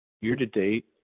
Year-to-date